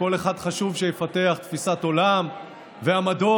כל אחד, חשוב שיפתח תפיסת עולם ועמדות,